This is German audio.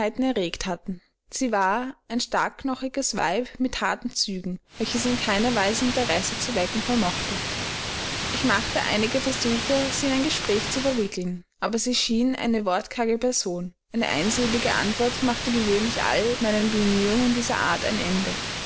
erregt hatten sie war ein starkknochiges weib mit harten zügen welches in keiner weise interesse zu wecken vermochte ich machte einige versuche sie in ein gespräch zu verwickeln aber sie schien eine wortkarge person eine einsilbige antwort machte gewöhnlich all meinen bemühungen dieser art ein ende